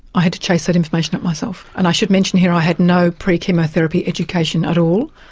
i had to chase that information up myself. and i should mention here i had no pre-chemotherapy education at all.